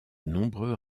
nombreux